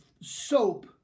soap